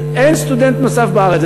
אין סטודנט נוסף בארץ.